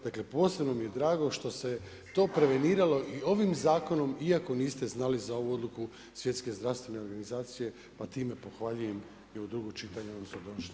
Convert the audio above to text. Dakle, posebno mi je drago, što se to preveniralo i ovim zakonom, iako niste znali za ovu odluku Svjetske zdravstvene organizacije, pa time pohvaljujem i u drugo čitanje donošenje ovog zakona.